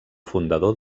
fundador